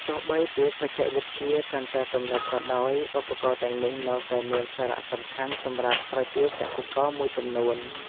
ទោះបីជាបច្ចេកវិទ្យាកាន់តែទំនើបក៏ដោយ ឧបករណ៍ទាំងនេះនៅតែមានសារៈសំខាន់សម្រាប់ប្រជាកសិករមួយចំនួន។